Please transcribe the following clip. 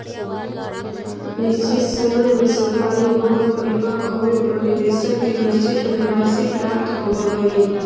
निश्चित समय में सरकारी बॉन्ड परिपक्व होवे पर निवेशक के निश्चित धनराशि प्राप्त होवऽ हइ